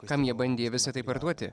kam jie bandė visa tai parduoti